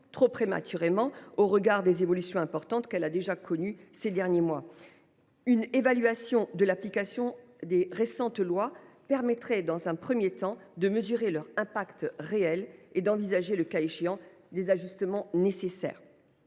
de l’enfance, au regard des évolutions importantes que celle ci a déjà connues ces derniers mois. Une évaluation de l’application des lois récemment votées permettrait, dans un premier temps, de mesurer leur impact réel et d’envisager, le cas échéant, les ajustements nécessaires.